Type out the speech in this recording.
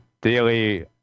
daily